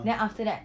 then after that